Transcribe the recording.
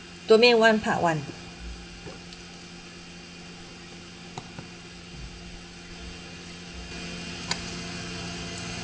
domain one part one